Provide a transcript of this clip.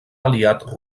aliat